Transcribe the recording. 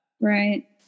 Right